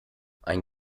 ein